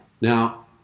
Now